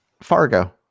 Fargo